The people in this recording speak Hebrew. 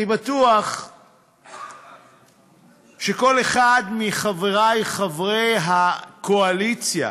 אני בטוח שכל אחד מחברי חברי הקואליציה